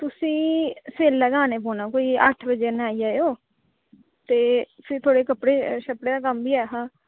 तुसेंगी सबेल्ला गै आना पौना कोई अट्ठ बजे कन्नै आई जायो ते फिर थोह्ड़ा कपड़े शपड़े दा कम्म बी ऐहा